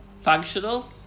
functional